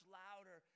louder